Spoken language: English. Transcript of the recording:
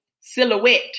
silhouette